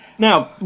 Now